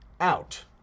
out